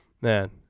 man